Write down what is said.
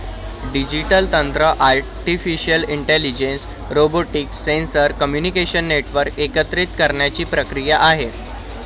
digital तंत्र artificial intelligence, robotics, sensor, communication network एकत्रित करण्याची प्रक्रिया आहे